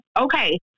okay